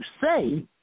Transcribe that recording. say